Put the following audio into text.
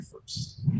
first